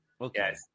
Okay